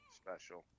special